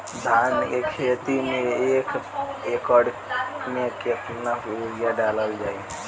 धान के खेती में एक एकड़ में केतना यूरिया डालल जाई?